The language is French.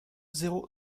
zéro